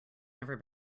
never